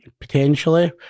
potentially